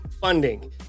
funding